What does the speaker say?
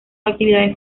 actividades